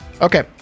Okay